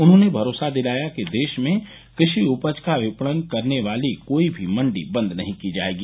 उन्होंने भरोसा दिलाया कि देश में क्रषि उपज का विपणन करने वाली कोई भी मंडी बंद नहीं की जाएगी